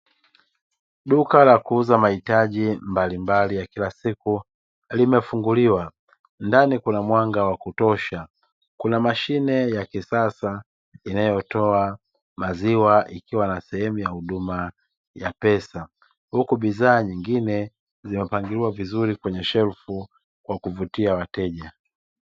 Duka la kuuza mahitaji mbalimbali ya kila siku limefunguliwa ndani kuna mwanga wa kutosha kuna mashine ya kisasa inayotoa maziwa ikiwa na sehemu ya huduma ya pesa, huku bidhaa nyingine zimepangiliwa vizuri kwenye shelfu kwa kuvutia wateja.